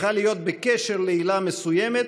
צריכה להיות בקשר לעילה מסוימת,